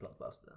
blockbuster